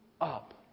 up